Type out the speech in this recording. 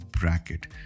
bracket